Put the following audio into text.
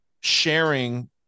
sharing